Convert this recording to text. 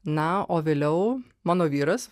na o vėliau mano vyras